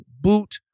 boot